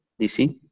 dc,